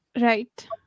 Right